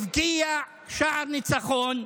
הבקיע שער ניצחון,